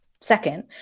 second